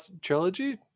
trilogy